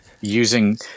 using